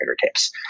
fingertips